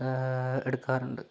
എടുക്കാറുണ്ട്